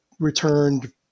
returned